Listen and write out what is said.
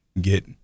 get